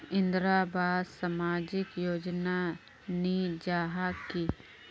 इंदरावास सामाजिक योजना नी जाहा की?